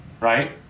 right